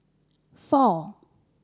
four